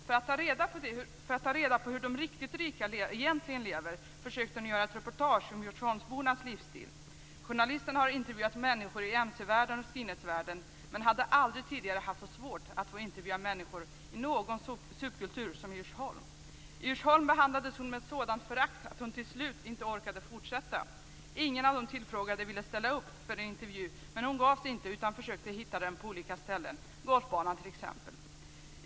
För att ta reda på hur de riktigt rika egentligen lever försökte journalisten göra ett reportage om djursholmsbornas livsstil. Journalisten har intervjuat människor i mc-världen och skinheadvärlden men har aldrig tidigare haft så svårt att få intervjua människor i en subkultur som Djursholm. I Djursholm behandlades journalisten med ett sådant förakt att hon till slut inte orkade fortsätta sitt arbete. Ingen av de tillfrågade ville ställa upp för en intervju men hon gav sig inte utan försökte hitta människorna på olika ställen, t.ex. på golfbanan.